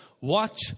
Watch